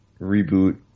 reboot